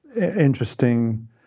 interesting